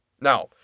Now